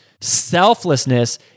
Selflessness